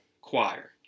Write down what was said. choir